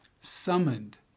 summoned